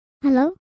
Hello